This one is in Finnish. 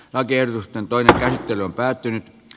adiemus antoi tähti on päättynyt